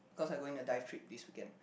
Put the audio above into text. because I going a dive trip this weekend